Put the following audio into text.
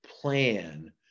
plan